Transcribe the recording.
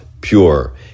pure